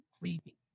creepy